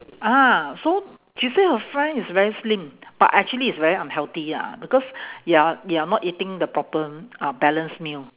ah so she say her friend is very slim but actually it's very unhealthy lah because you're you're not eating the proper uh balanced meal